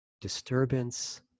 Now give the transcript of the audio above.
disturbance